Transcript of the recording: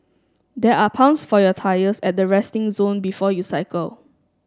there are pumps for your tyres at the resting zone before you cycle